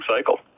cycle